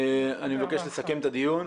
אני מבקש לסכם את הדיון.